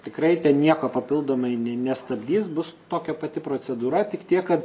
tikrai ten nieko papildomai ne ne nestabdys bus tokia pati procedūra tik tiek kad